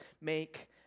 make